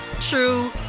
true